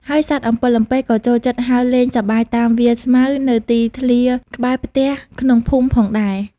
ហើយសត្វអំពិលអំពែកក៏ចូលចិត្តហើរលេងសប្បាយតាមវាលស្មៅ នៅទីធ្លាក្បែរផ្ទះក្នុងភូមិផងដែរ។